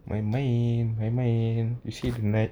main-main you see